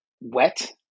wet